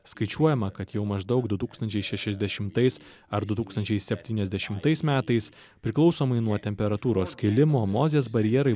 skaičiuojama kad jau maždaug du tūkstančiai šešiasdešimtais ar du tūkstančiai septyniasdešimtais metais priklausomai nuo temperatūros kylimo mozės barjerai